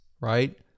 right